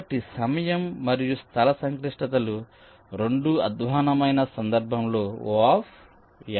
కాబట్టి సమయం మరియు స్థల సంక్లిష్టతలు రెండూ అధ్వాన్నమైన సందర్భంలో Ο